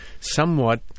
somewhat